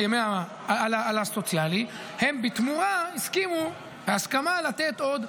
על הסוציאלי, הם בתמורה הסכימו לתת עוד,